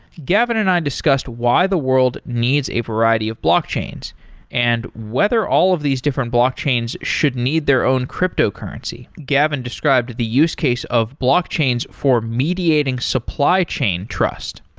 gavin and i discussed why the world needs a variety of blockchains and whether all of these different blockchains should need their own cryptocurrency. gavin described the use case of blockchains for mediating supply chain trust.